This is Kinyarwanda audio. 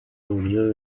uburyo